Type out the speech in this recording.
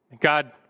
God